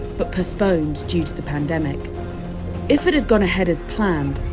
but postponed due to the pandemic if it had gone ahead as planned,